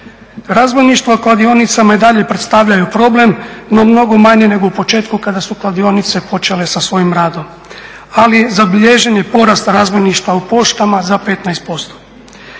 Razbojništva kladionicama i dalje predstavljaju problem, no mnogo manje nego u početku kada su kladionice počele sa svojim radom, ali zabilježen je porast razbojništva u poštama za 15%.